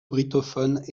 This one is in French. brittophones